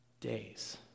days